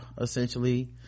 essentially